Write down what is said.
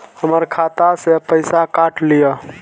हमर खाता से पैसा काट लिए?